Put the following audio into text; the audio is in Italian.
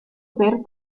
per